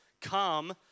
Come